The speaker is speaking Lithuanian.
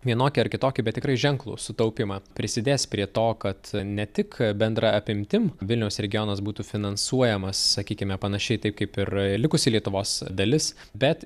vienokį ar kitokį bet tikrai ženklų sutaupymą prisidės prie to kad ne tik bendra apimtim vilniaus regionas būtų finansuojamas sakykime panašiai taip kaip ir likusi lietuvos dalis bet